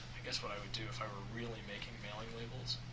i guess what i would do if i were really making a mailing labels